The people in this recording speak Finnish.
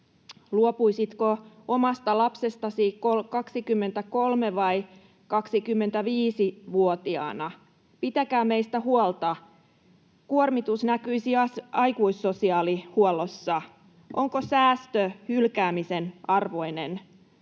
”Luopuisitko omasta lapsestasi 23- vai 25-vuotiaana? Pitäkää meistä huolta. Kuormitus näkyisi aikuissosiaalihuollossa. Onko säästö hylkäämisen arvoinen?